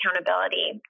accountability